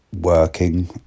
working